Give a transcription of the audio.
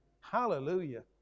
hallelujah